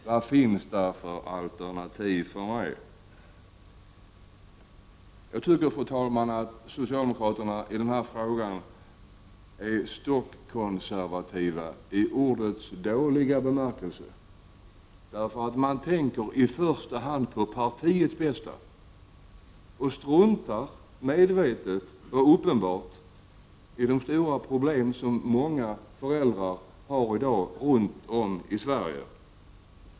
Vad fanns det för alternativ för henne? Fru talman! Jag tycker att socialdemokraterna i denna fråga är stockkonservativa i ordets dåliga bemärkelse. Man tänker i första hand på partiets bästa och struntar medvetet och uppenbart i de stora problem som många föräldrar har i dag runt om i Sverige.